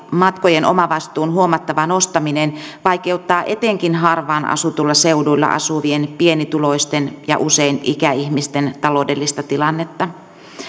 matkojen omavastuun huomattava nostaminen vaikeuttavat etenkin harvaan asutuilla seuduilla asuvien pienituloisten ja usein ikäihmisten taloudellista tilannetta